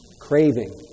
craving